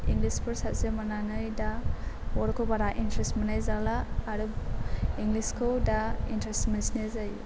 English for subject मोननानै दा बर'खौ बारा इनट्रेस्ट मोननाय जाला आरो इंलिस खौ दा इनट्रेस्ट मोनसिननाय जायो